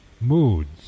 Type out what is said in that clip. moods